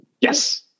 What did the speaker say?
Yes